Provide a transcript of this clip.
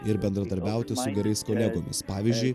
ir bendradarbiauti su gerais kolegomis pavyzdžiui